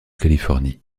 californie